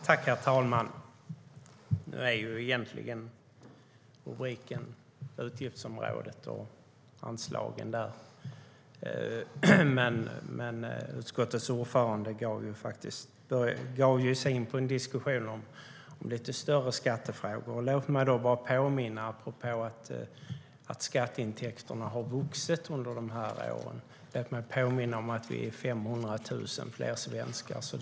Herr talman! Nu debatterar vi egentligen utgiftsområdet och anslagen där, men utskottets ordförande gav sig ju in på en diskussion om lite större skattefrågor. Låt mig då bara påminna om, apropå att skatteintäkterna har ökat under de här åren, att vi är 500 000 fler svenskar nu.